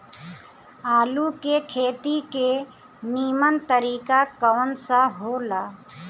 आलू के खेती के नीमन तरीका कवन सा हो ला?